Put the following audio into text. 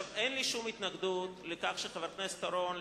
אין לי שום התנגדות לכך שחבר הכנסת אורון,